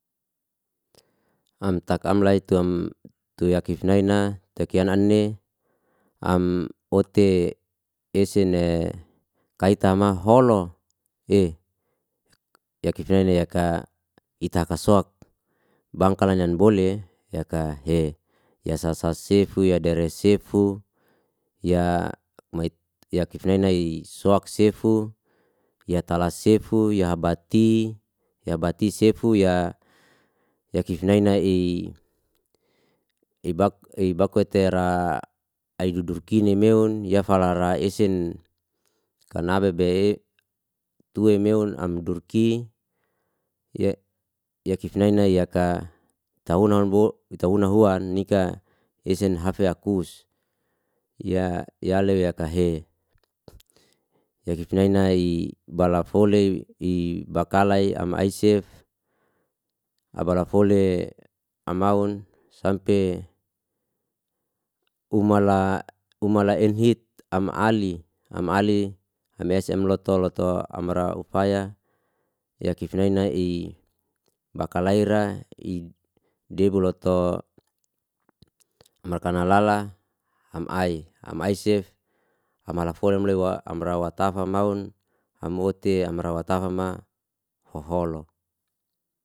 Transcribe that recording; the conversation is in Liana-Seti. Am tak amlai tuam tu yakif naina ta kiya anni am ote ese ne kai tama holo e yakif nele yaka ita kasok bangka lanyan bole yaka he ya sa sa sefu ya dares sefu ya mait yakif na nai sok sefu ya tala sefu ya bahti ya bahti sefu ya yakif nai na i ibak ibako tera aidudur ki nameon yafala ra esin kanabe bei i tue meun amdurki ye yekif nei nai ya ka tawuna nan bo itahunan uan nika esin hafis yakus ya yale yaka he yafif e nai bala fole i bakalai am aisef abara fole amaun sampe umala umala enhit am ali am ali hames omloto loto amra ufaya yakif ne nai i bakalai ra i deboloto amarkanal lala ham ai ham ai sef amala folem lewa amrawa tafa maun hamote amrawa tafa ma ho holo